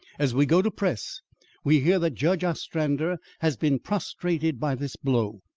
as we go to press we hear that judge ostrander has been prostrated by this blow.